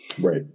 Right